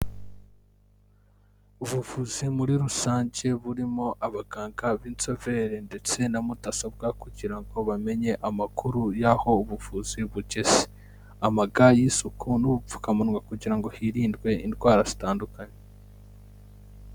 Ubuvuzi muri rusange burimo abaganga b'inzoberi ndetse na mudasobwa kugira ngo bamenye amakuru y'aho ubuvuzi bugeze amaga y'isuku n'ubupfukamunwa kugirango ngo hirindwe indwara zitandukanye.